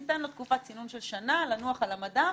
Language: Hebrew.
ניתן לו תקופת צינון של שנה לנוח על המדף